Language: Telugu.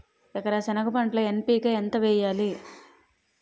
ఎకర సెనగ పంటలో ఎన్.పి.కె ఎంత వేయాలి?